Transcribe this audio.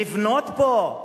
לבנות בו.